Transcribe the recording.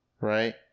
right